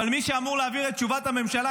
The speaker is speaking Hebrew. אבל מי שאמור להעביר את תשובת הממשלה,